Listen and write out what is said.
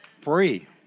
Free